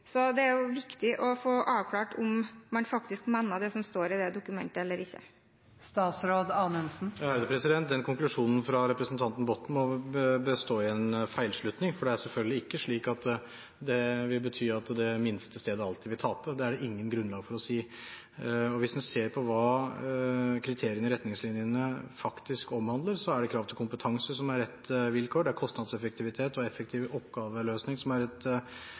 Det er viktig å få avklart om man faktisk mener det som står i dokumentet, eller ikke. Konklusjonen fra representanten Botten må bestå i en feilslutning. Selvfølgelig er det ikke slik at det minste stedet alltid taper, det er det ikke noe grunnlag for å si. Hvis en ser på hva kriteriene i retningslinjene faktisk omhandler, så er krav til kompetanse ett vilkår. Andre vilkår er kostnadseffektivitet, effektiv oppgaveløsing, nærhet til tjenesten, infrastruktur, nærhet til andre typer fagmiljøer og